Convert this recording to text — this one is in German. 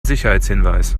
sicherheitshinweis